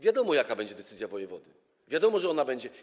Wiadomo, jaka będzie decyzja wojewody, wiadomo, jaka ona będzie.